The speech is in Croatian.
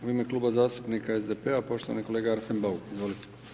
U ime Kluba zastupnika SDP-a, poštovani kolega Arsen Bauk, izvolite.